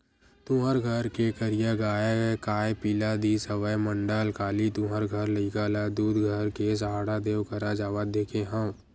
तुँहर घर के करिया गाँय काय पिला दिस हवय मंडल, काली तुँहर घर लइका ल दूद धर के सहाड़ा देव करा जावत देखे हँव?